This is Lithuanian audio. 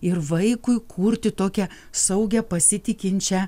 ir vaikui kurti tokią saugią pasitikinčią